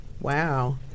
Wow